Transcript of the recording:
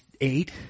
eight